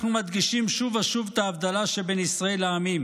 אנחנו מדגישים שוב ושוב את ההבדלה שבין ישראל לעמים